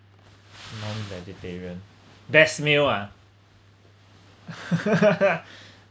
non-vegetarian best meal ah